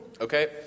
Okay